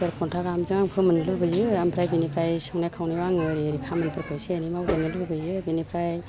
देर घन्टा गाहामजों आं फोमोननो लुबैयो ओमफ्राय बिनिफ्राय संनाय खावनायाव आङो ओरै ओरै खामानिफोरखौ इसे एनै मावजानो लुगैयो बिनिफ्राय